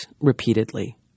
repeatedly